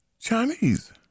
Chinese